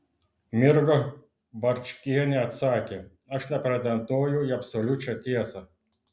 mirga barčkienė atsakė aš nepretenduoju į absoliučią tiesą